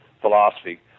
philosophy